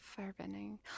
Firebending